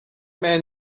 man